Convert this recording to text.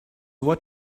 what